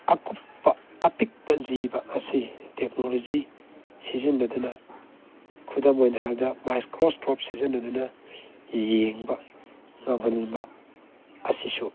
ꯑꯀꯨꯞꯄ ꯑꯄꯤꯛꯄ ꯖꯤꯕ ꯑꯁꯤ ꯇꯦꯛꯅꯣꯂꯣꯖꯤ ꯁꯤꯖꯤꯟꯅꯗꯨꯅ ꯈꯨꯗꯝ ꯑꯣꯏꯅ ꯍꯥꯏꯔꯕꯗ ꯃꯥꯏꯀ꯭ꯔꯣꯁꯀꯣꯞ ꯁꯤꯖꯤꯟꯅꯗꯨꯅ ꯌꯦꯡꯕ ꯉꯝꯍꯟꯕ ꯑꯁꯤꯁꯨ